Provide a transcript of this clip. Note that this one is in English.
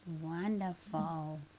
wonderful